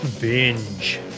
Binge